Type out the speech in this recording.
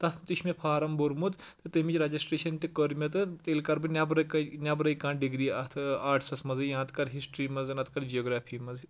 تَتھ تہِ چھُ مےٚ فارَم بوٚرمُت تہٕ تیٚمِچ رٮ۪جِسٹرٛیشَن تہِ کٔر مےٚ تہٕ تیٚلہِ کَرٕ بہٕ نٮ۪برٕ کَنۍ نٮ۪برَے کانٛہہ ڈِگری اَتھ آرٹَسَس منٛزٕے یا تہٕ کَرٕ ہِسٹرٛی منٛزَ نَتہٕ کَرٕ جِیوگرٛافی منٛز